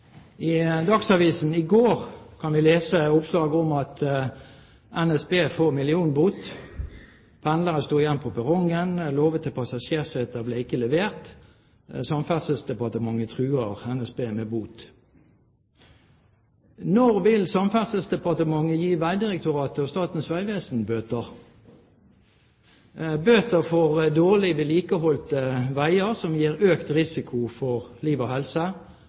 I Dagsavisen i går kunne vi lese oppslag om at NSB kan få millionbot – om pendlere som sto igjen på perrongen, om lovede passasjerseter som ikke ble levert, og om Samferdselsdepartementet som truer NSB med bot. Når vil Samferdselsdepartementet gi Vegdirektoratet og Statens vegvesen bøter – bøter for dårlig vedlikeholdte veier, som gir økt risiko for liv og helse,